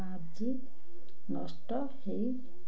ଆଜି ନଷ୍ଟ ହେଇ